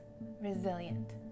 resilient